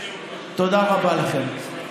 תודה רבה לכם.